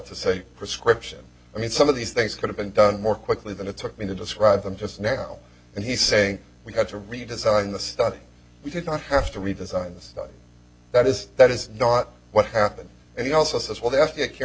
to say prescription i mean some of these things could have been done more quickly than it took me to describe them just now and he saying we had to redesign the study we did not have to redesign stuff that is that is not what happened and he also says well the f b i can't